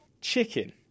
Chicken